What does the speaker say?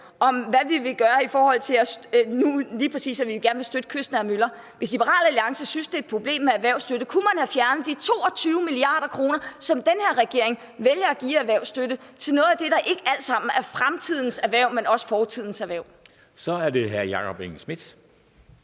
gerne vil gøre for at støtte kystnære møller. Hvis Liberal Alliance synes, det er et problem med erhvervsstøtte, kunne man have fjernet de 22 mia. kr., som den her regering vælger at give i erhvervsstøtte til noget af det, der ikke alt sammen er fremtidens erhverv, men også er fortidens erhverv. Kl. 17:26 Første